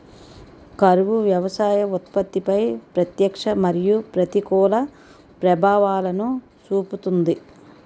కరువు వ్యవసాయ ఉత్పత్తిపై ప్రత్యక్ష మరియు ప్రతికూల ప్రభావాలను చూపుతుంది